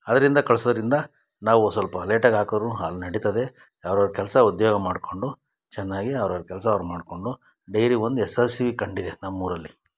ಅದರಿಂದ ಕಳಿಸೋದ್ರಿಂದ ನಾವು ಸ್ವಲ್ಪ ಲೇಟಾಗಿ ಹಾಕದ್ರು ಹಾಲು ನಡಿತದೆ ಅವ್ರವ್ರ ಕೆಲಸ ಉದ್ಯೋಗ ಮಾಡಿಕೊಂಡು ಚೆನ್ನಾಗಿ ಅವ್ರವ್ರ ಕೆಲಸ ಅವ್ರವ್ರ ಮಾಡಿಕೊಂಡು ಡೈರಿ ಒಂದು ಯಶಸ್ವಿ ಕಂಡಿದೆ ನಮ್ಮ ಊರಲ್ಲಿ